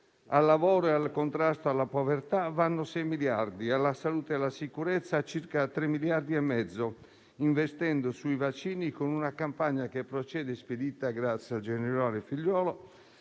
Al lavoro e al contrasto alla povertà vanno 6 miliardi; alla salute e alla sicurezza circa 3 miliardi e mezzo, investendo sui vaccini con una campagna che procede spedita grazie al generale Figliuolo,